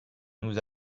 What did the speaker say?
nous